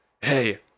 Hey